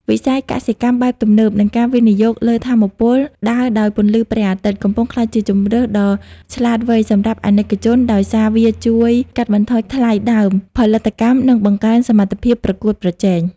វិស័យ កសិកម្មបែបទំនើប និងការវិនិយោគលើ ថាមពលដើរដោយពន្លឺព្រះអាទិត្យ កំពុងក្លាយជាជម្រើសដ៏ឆ្លាតវៃសម្រាប់អាណិកជន ដោយសារវាជួយកាត់បន្ថយថ្លៃដើមផលិតកម្ម និងបង្កើនសមត្ថភាពប្រកួតប្រជែង។